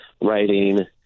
writing